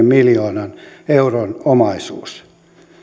miljoonan euron omaisuus